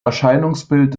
erscheinungsbild